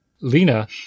Lena